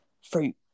fruit